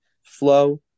flow